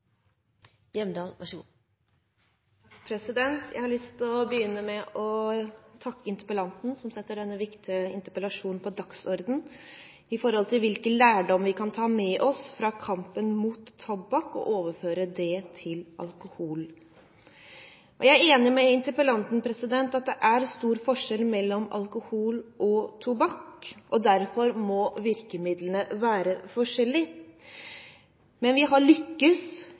Jeg har lyst til å begynne med å takke interpellanten, som setter denne viktige interpellasjonen på dagsordenen når det gjelder hvilken lærdom vi kan ta med oss fra kampen mot tobakk, og overføre den til alkohol. Jeg er enig med interpellanten i at det er stor forskjell mellom alkohol og tobakk. Derfor må virkemidlene være forskjellige. Vi har